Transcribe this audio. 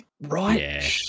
Right